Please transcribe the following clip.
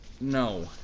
No